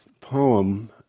poem